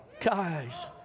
Guys